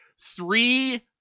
three